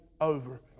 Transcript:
over